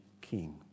king